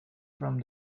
from